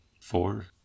Four